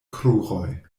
kruroj